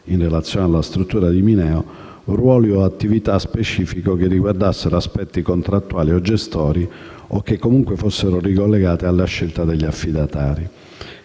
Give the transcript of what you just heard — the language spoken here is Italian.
in relazione alla struttura di Mineo, ruoli o attività specifiche che riguardassero aspetti contrattuali o gestori o che comunque fossero ricollegati alla scelta degli affidatari.